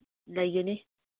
ꯂꯩꯒꯅꯤ